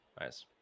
Nice